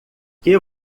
que